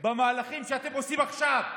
המהלכים שאתם עושים עכשיו.